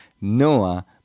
Noah